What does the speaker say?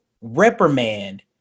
reprimand